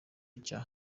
cya